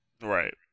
Right